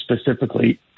specifically